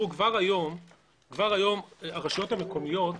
כבר היום הרשויות המקומיות,